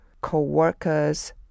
co-workers